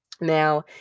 Now